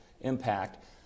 impact